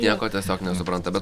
nieko tiesiog nesupranta bet